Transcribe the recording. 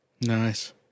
Nice